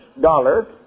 Dollar